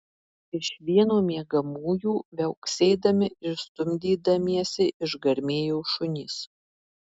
iš vieno miegamųjų viauksėdami ir stumdydamiesi išgarmėjo šunys